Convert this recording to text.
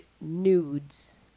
nudes